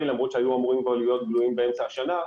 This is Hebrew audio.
למרות שהיו אמורים להיות גלויים באמצע השנה,